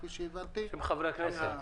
כמו שהבנתי -- בשם חברי הכנסת.